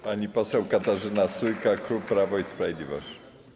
Pani poseł Katarzyna Sójka, klub Prawo i Sprawiedliwość.